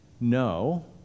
No